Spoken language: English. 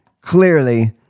clearly